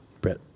brett